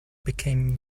became